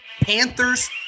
Panthers